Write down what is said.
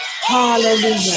hallelujah